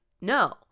no